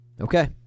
Okay